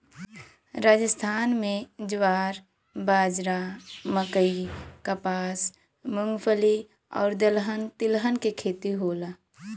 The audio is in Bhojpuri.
राजस्थान में ज्वार, बाजरा, मकई, कपास, मूंगफली आउर दलहन तिलहन के खेती होला